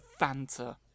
Fanta